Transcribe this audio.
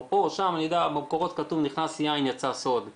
במידה ויוחלט שבחומר הזה יש משום עבירה פלילית,